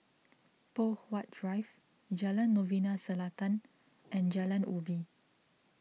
Poh Huat Drive Jalan Novena Selatan and Jalan Ubi